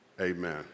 amen